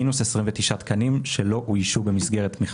מינוס 29 תקנים שלא אוישו במסגרת מכרז.